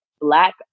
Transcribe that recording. Black